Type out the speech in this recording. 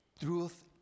truth